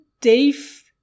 Dave